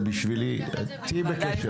תהיי בקשר,